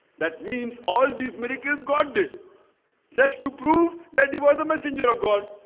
that means all these miracles god did just to prove that he was a messenger of god.